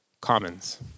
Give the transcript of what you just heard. commons